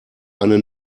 eine